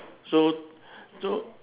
so so